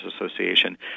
Association